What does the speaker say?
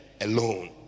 alone